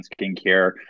skincare